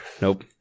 Nope